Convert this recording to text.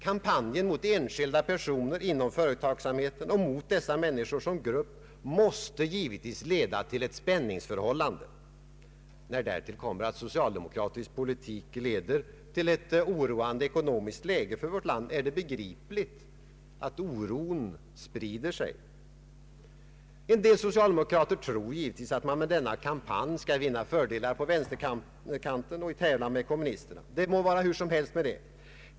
Kampanjen mot enskilda personer inom företagsamheten och mot dessa människor som grupp måste givetvis leda till ett spänningsförhållande. När Ang. den ekonomiska politiken, m.m. därtill kommer att socialdemokratisk politik lett till ett allvarligt ekonomiskt läge för vårt land är det begripligt att oron sprider sig. En del socialdemokrater tror givetvis, att man med denna kampanj skall vinna fördelar på vänsterkanten och i tävlan med kommunisterna. Det må vara hur som helst med det.